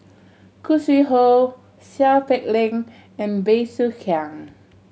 Khoo Sui Hoe Seow Peck Leng and Bey Soo Khiang